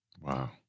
Wow